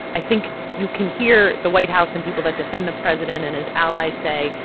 i think you can hear the white house and people that defend the president and his allies say,